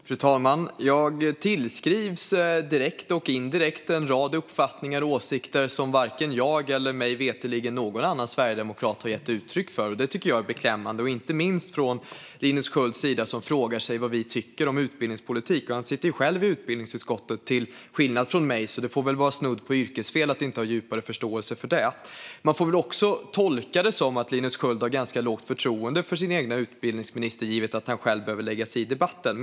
Fru talman! Jag tillskrivs direkt och indirekt en rad uppfattningar och åsikter som varken jag eller mig veterligen någon annan sverigedemokrat har gett uttryck för. Det är beklämmande, inte minst från Linus Skölds sida, som frågar sig vad vi tycker om utbildningspolitik. Han sitter själv i utbildningsutskottet, till skillnad från mig. Det får väl vara snudd på yrkesfel att inte ha djupare förståelse för det. Man får väl också tolka det som att Linus Sköld har lågt förtroende för sin egen utbildningsminister, givet att han själv behöver lägga sig i debatten.